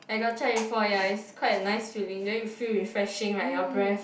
I got try before ya it's quite a nice feeling then you feel refreshing right your breath